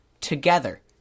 together